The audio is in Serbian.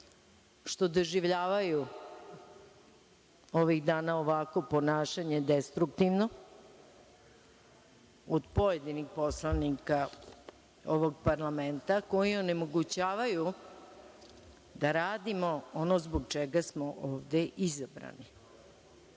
što doživljavaju ovih dana ovakvo ponašanje destruktivno od pojedinih poslanika ovog parlamenta koji onemogućavaju da radimo ono zbog čega smo ovde izabrani. Imate